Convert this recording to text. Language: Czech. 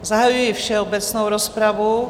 Zahajuji všeobecnou rozpravu.